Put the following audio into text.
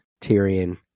Tyrion